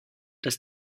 dass